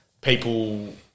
people